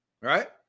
Right